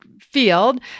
field